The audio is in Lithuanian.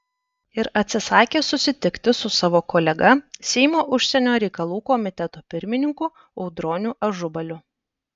ir atsisakė susitikti su savo kolega seimo užsienio reikalų komiteto pirmininku audroniu ažubaliu